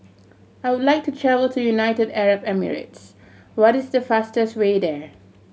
I would like to travel to United Arab Emirates What is the fastest way there